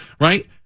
right